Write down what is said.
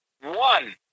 One